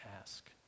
ask